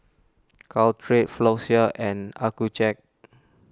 Caltrate Floxia and Accucheck